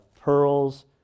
pearls